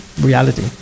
reality